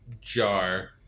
jar